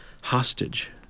hostage